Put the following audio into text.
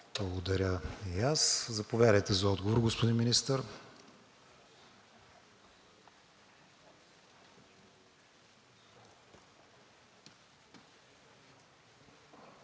Благодаря и аз. Заповядайте за отговор, господин Министър.